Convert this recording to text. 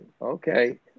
okay